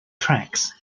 tracks